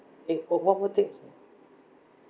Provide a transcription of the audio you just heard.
eh oh one more things